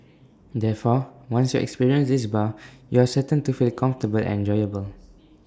therefore once you experience this bar you are certain to feel comfortable and enjoyable